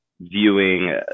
viewing